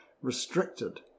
restricted